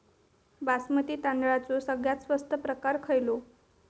बासमती तांदळाचो सगळ्यात स्वस्त प्रकार खयलो?